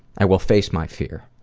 i will face my fear.